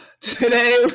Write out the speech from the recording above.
Today